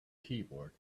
keyboard